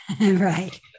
Right